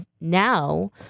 now